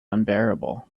unbearable